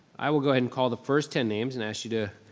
i will go ahead and call the first ten names and ask you to,